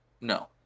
no